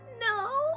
No